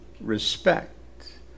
respect